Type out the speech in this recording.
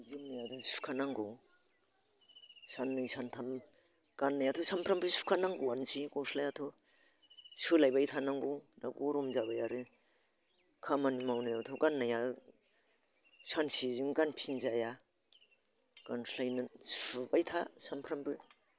जोमनाया आरो सुखानांगौ साननै सानथाम गाननायाथ' सानफ्रोमबो सुखानांगौआनोसै गस्लायाथ' सोलायबाय थानांगौ दा गरम जाबाय आरो खामानि मावनायावथ' गाननाया सानसेजों गानफिन जाया गानस्लायनानै सुबायथा सानफ्रोमबो